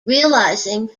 realising